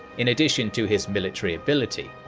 in addition to his military ability,